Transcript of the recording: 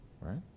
right